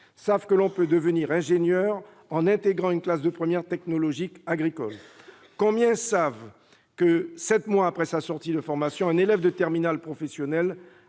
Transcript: savent que l'on peut devenir ingénieur en intégrant une classe de première technologique agricole ? Combien savent que, sept mois après sa sortie de formation, un élève de terminale professionnelle